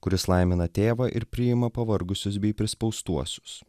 kuris laimina tėvą ir priima pavargusius bei prispaustuosius